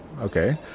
okay